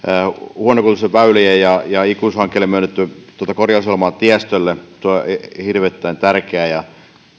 huonokuntoisille väylille ikuisuushankkeelle myönnettyä korjausohjelmaa tiestölle tuo on hirvittävän tärkeä ja